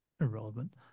irrelevant